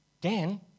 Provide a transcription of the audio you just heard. Dan